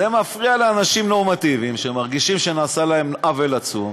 זה מפריע לאנשים נורמטיביים שמרגישים שנעשה להם עוול עצום,